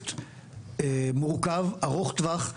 בפרויקט מורכב, ארוך טווח,